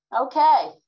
Okay